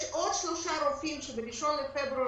יש עוד שלושה רופאים שב-1 בפברואר,